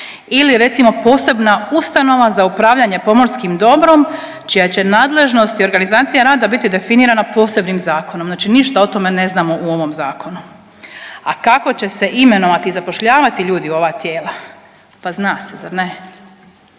Ili recimo posebna ustanova za upravljanje pomorskim dobrom čija će nadležnost i organizacija rada biti definirana posebnim zakonom, znači ništa o tome ne znamo u ovom zakonu. A kako će se imenovati, zapošljavati ljudi u ova tijela? Pa zna se, zar ne?